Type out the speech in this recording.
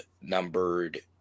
numbered